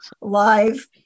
live